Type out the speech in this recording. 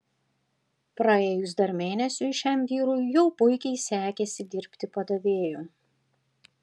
praėjus dar mėnesiui šiam vyrui jau puikiai sekėsi dirbti padavėju